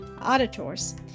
auditors